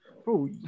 Bro